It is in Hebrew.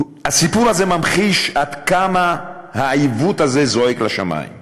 הסיפור הזה ממחיש עד כמה העיוות הזה זועק לשמים.